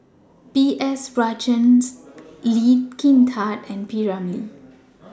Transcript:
B S Rajhans Lee Kin Tat and P Ramlee